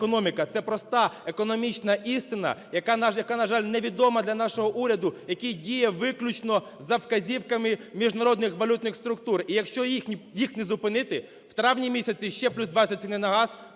Це проста економічна істина, яка, на жаль, невідома для нашого уряду, який діє виключно за вказівками міжнародних валютних структур. І якщо їх не зупинити, в травні місяці ще плюс 20 ціни на газ,